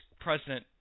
President